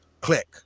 click